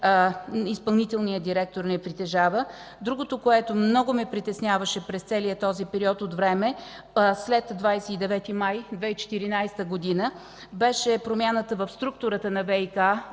изпълнителният директор не притежава. Другото, което ме притесняваше през целия този период от време след 29 май 2014 г., беше промяната в структурата на ВиК